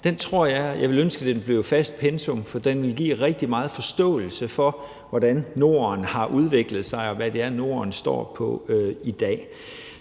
Jeg ville ønske, at den blev fast pensum, for den vil give rigtig meget forståelse for, hvordan Norden har udviklet sig, og hvad Norden står på i dag.